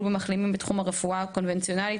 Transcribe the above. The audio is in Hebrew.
במחלימים בתחומי הרפואה הקונבנציונלית,